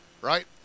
Right